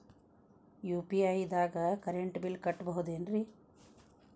UPI ದಾಗ current bill ಕಟ್ಟಬಹುದೇನ್ರಿ?